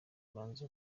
banza